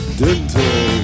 dental